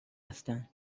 هستن